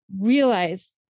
realize